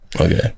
okay